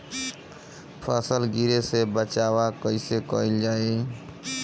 फसल गिरे से बचावा कैईसे कईल जाई?